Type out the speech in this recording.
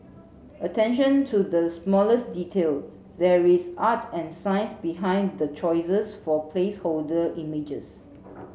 attention to the smallest detail there is art and science behind the choices for placeholder images